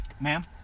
Ma'am